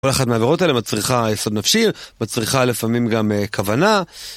כל אחת מהעבירות האלה מצריכה יסוד נפשי, מצריכה לפעמים גם כוונה.